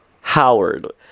Howard